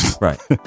Right